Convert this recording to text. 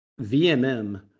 VMM